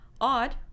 Odd